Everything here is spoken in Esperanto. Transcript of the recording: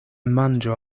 manĝo